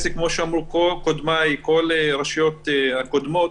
כמו שאמרו כל קודמיי, כל הרשויות הקודמות,